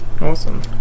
Awesome